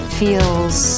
feels